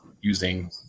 using